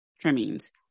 trimmings